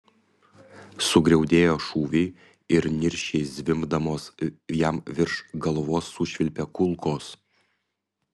sugriaudėjo šūviai ir niršiai zvimbdamos jam virš galvos sušvilpė kulkos